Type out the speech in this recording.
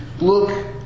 look